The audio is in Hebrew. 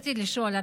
רציתי לשאול,